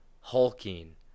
hulking